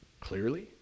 Clearly